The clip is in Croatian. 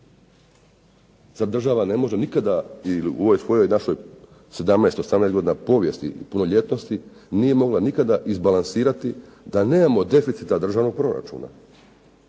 Sada država ne može nikada u ovoj našoj 17, 18 godina povijesti i punoljetnosti nije mogla nikada izbalansirati da nemamo deficita državnog proračuna.